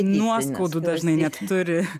nuoskaudų dažnai net turi